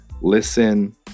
listen